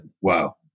Wow